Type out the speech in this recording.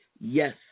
yes